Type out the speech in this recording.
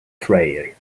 tray